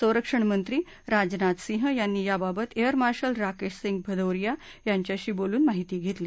सरक्षणमंत्री राजनाथ सिंग यांनी याबाबत air marshal Rakesh Singh Bhadauria यांच्याशी बोलून माहिती घेतली